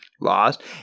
lost